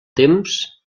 temps